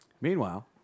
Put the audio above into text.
Meanwhile